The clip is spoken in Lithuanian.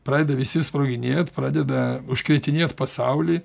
pradeda visi sproginėt pradeda užkretinėt pasaulį